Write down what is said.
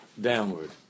downward